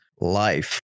Life